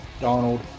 Donald